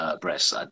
breasts